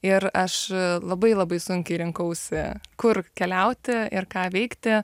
ir aš labai labai sunkiai rinkausi kur keliauti ir ką veikti